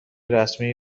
رسمی